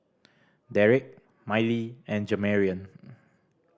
Derrek Mylie and Jamarion